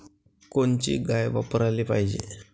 कोनची गाय वापराली पाहिजे?